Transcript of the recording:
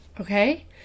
Okay